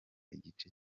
igice